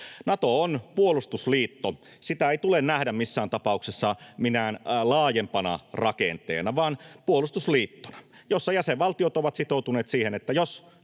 Nato on puolustusliitto. Sitä ei tule nähdä missään tapauksessa minään laajempana rakenteena, vaan puolustusliittona, jossa jäsenvaltiot ovat sitoutuneet siihen, että jos